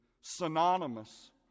synonymous